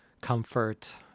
comfort